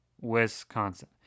Wisconsin